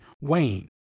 Wayne